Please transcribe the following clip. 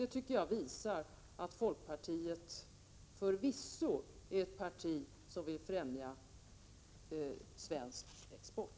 Detta tycker jag visar att folkpartiet förvisso är ett parti som vill främja svensk export.